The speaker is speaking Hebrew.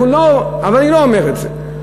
אנחנו לא, אבל אני לא אומר את זה,